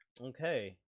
Okay